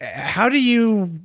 how do you.